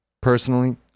Personally